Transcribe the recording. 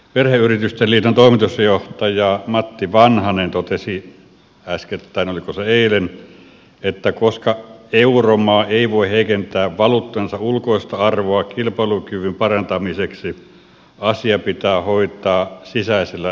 perheyritysten liiton toimitusjohtaja matti vanhanen totesi äskettäin oliko se eilen että koska euromaa ei voi heikentää valuuttansa ulkoista arvoa kilpailukyvyn parantamiseksi asia pitää hoitaa sisäisellä devalvaatiolla